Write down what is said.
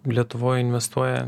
lietuvoj investuoja